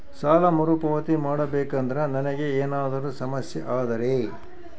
ಸಾಲ ಮರುಪಾವತಿ ಮಾಡಬೇಕಂದ್ರ ನನಗೆ ಏನಾದರೂ ಸಮಸ್ಯೆ ಆದರೆ?